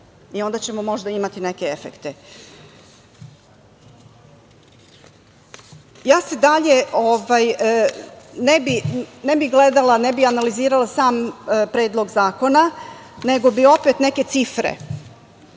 i onda ćemo možda imati neke efekte. Ja dalje ne bi gledala, ne bi analizirala sam Predlog zakona, nego bi opet neke cifre.